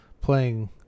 playing